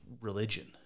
religion